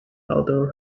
other